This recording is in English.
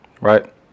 right